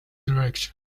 direction